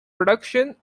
production